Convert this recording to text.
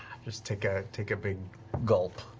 just take ah take a big gulp.